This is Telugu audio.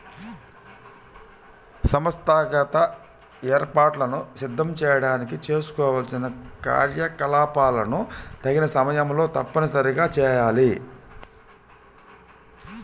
సంస్థాగత ఏర్పాట్లను సిద్ధం చేయడానికి చేసుకోవాల్సిన కార్యకలాపాలను తగిన సమయంలో తప్పనిసరిగా చేయాలి